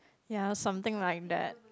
ya something like that